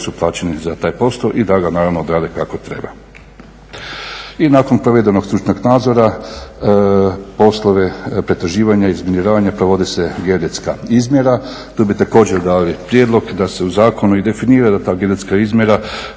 su plaćeni za taj posao i da naravno odrade kako treba. I nakon provedenog stručnog nadzora poslove pretraživanja i razminiravanja provodi se geodetska izmjera. Tu bi također dali prijedlog da se u zakonu i definira da ta geodetska izmjera